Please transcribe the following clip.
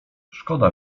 szkoda